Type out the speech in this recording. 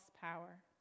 power